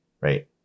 right